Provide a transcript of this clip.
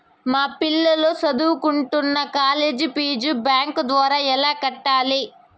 మా పిల్లలు సదువుకుంటున్న కాలేజీ ఫీజు బ్యాంకు ద్వారా ఎలా కట్టాలి?